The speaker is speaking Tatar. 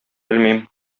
белмим